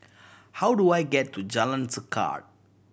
how do I get to Jalan Tekad